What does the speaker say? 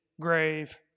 grave